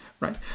right